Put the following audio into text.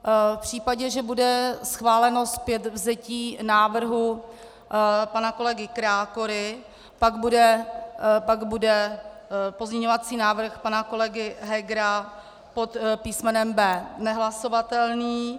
V případě, že bude schváleno zpětvzetí návrhu pana kolegy Krákory, pak bude pozměňovací návrh pana kolegy Hegera pod písmenem B nehlasovatelný.